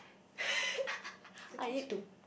I need to